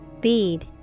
Bead